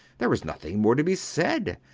there is nothing more to be said.